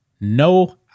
No